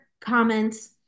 comments